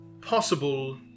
possible